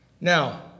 Now